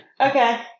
okay